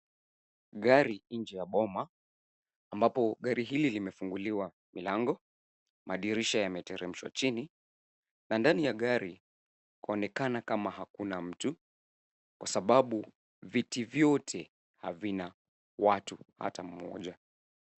Gari nje ya boma ambapo gari hili limefunguliwa milango, madirisha yameteremshwa chini, na ndani ya gari kwaonekana kama hakuna mtu kwa sababu viti vyote havina watu ata mmoja.